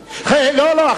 לא.